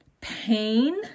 Pain